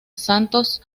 santos